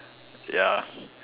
ya